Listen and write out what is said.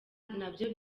nabyo